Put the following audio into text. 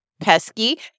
pesky